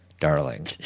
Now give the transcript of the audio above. darling